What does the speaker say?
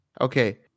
okay